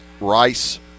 Rice